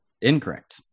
Incorrect